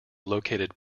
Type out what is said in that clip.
located